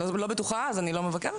אני לא בטוחה אז אני לא מבקרת,